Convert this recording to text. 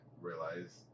realize